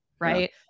right